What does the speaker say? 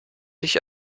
dich